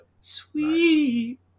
sweet